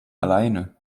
alleine